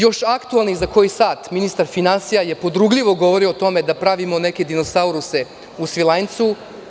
Još aktuelni koji sat ministar finansija je podrugljivo govorio o tome da pravimo neke dinosauruse u Svilajncu.